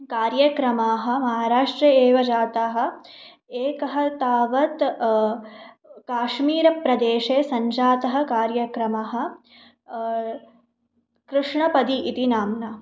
कार्यक्रमाः महाराष्ट्रे एव जाताः एकः तावत् काश्मीर प्रदेशे सञ्जातः कार्यक्रमः कृष्णपदि इति नाम्ना